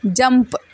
jump